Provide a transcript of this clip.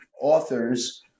authors